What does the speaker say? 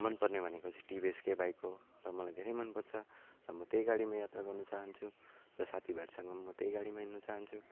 मन पर्ने भनेको चाहिँ टिभिएसको बाइक हो र मलाई धेरै मन पर्छ र म त्यही गाडीमा यात्रा गर्न चाहन्छु र साथी भाइहरूसँग म त्यही गाडीमा हिँड्न चाहन्छु